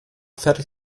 fertig